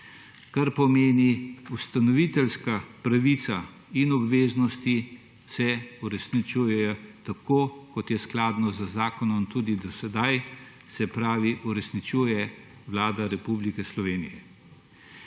kar pomeni, ustanoviteljska pravica in obveznosti se uresničujejo tako, kot je skladno z zakonom tudi do sedaj, se pravi, da uresničuje Vlada Republike Slovenije.